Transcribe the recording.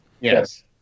yes